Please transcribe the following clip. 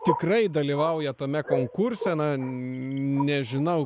tikrai dalyvauja tame konkurse na nežinau